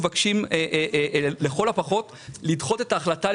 חוץ מההלצה,